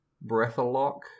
Breath-a-lock